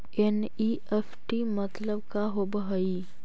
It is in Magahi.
एन.ई.एफ.टी मतलब का होब हई?